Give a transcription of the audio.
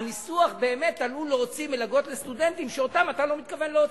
שהניסוח עלול להוציא מלגות לסטודנטים שאתה לא מתכוון להוציא.